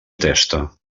testa